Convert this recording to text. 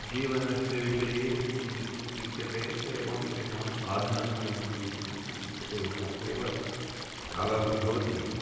जीवनस्य विषये किञ्चित् लिख्यते एवं तेषां साधनं किमस्ति इति किञ्चित् लिख्यते एतावदेव शालासु भवति